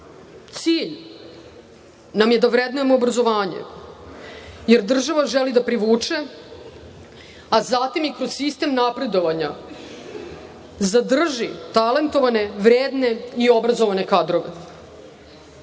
nam je da vrednujemo obrazovanje, jer država želi da privuče, a zatim i kroz sistem napredovanja zadrži talentovane, vredne i obrazovane kadrove. Izuzetno